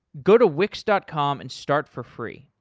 go to wix dot com and start for free!